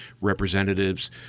representatives